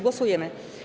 Głosujemy.